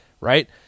right